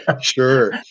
Sure